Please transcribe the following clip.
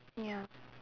ya